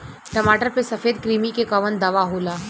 टमाटर पे सफेद क्रीमी के कवन दवा होला?